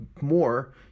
more